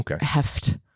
heft